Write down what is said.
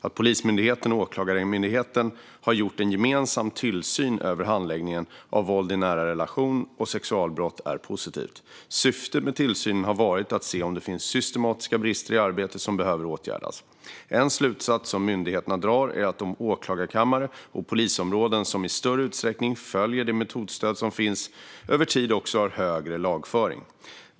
Att Polismyndigheten och Åklagarmyndigheten har gjort en gemensam tillsyn över handläggningen av våld i nära relation och sexualbrott är positivt. Syftet med tillsynen har varit att se om det finns systematiska brister i arbetet som behöver åtgärdas. En slutsats som myndigheterna drar är att de åklagarkamrar och polisområden som i större utsträckning följer det metodstöd som finns över tid också har högre lagföring.